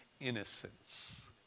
innocence